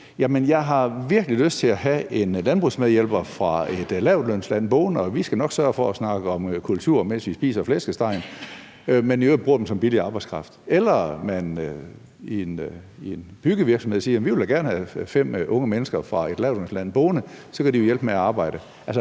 virkelig lyst til at have en landbrugsmedhjælper fra et lavtlønsland boende, og vi skal nok sørge for at snakke om kultur, mens vi spiser flæskestegen. Eller det kan være i en byggevirksomhed, hvor man siger: Vi vil da gerne have fem unge mennesker fra et lavtlønsland boende, så kan de jo hjælpe med at arbejde.